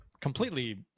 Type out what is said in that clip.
completely